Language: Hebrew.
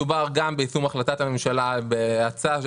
מדובר ביישום החלטת הממשלה בהאצה,